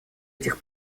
этих